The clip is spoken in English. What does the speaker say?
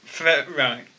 right